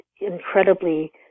incredibly